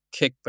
Kickback